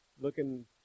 looking